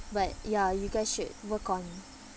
but ya you guys should work on